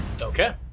Okay